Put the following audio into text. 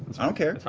i don't care.